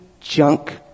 junk